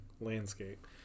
landscape